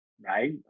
right